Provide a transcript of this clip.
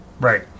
Right